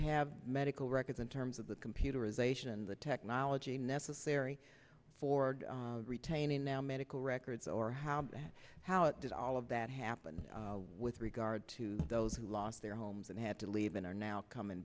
have medical records in terms of the computerization the technology necessary for retaining now medical records or how how it did all of that happened with regard to those who lost their homes and had to leave and are now coming